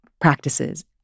practices